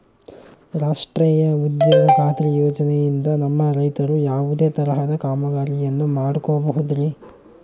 ರಾಷ್ಟ್ರೇಯ ಉದ್ಯೋಗ ಖಾತ್ರಿ ಯೋಜನೆಯಿಂದ ನಮ್ಮ ರೈತರು ಯಾವುದೇ ತರಹದ ಕಾಮಗಾರಿಯನ್ನು ಮಾಡ್ಕೋಬಹುದ್ರಿ?